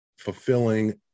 fulfilling